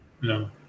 no